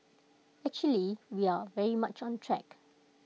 actually we are very much on track